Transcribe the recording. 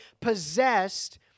possessed